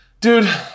Dude